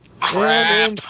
Crap